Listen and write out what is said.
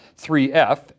3F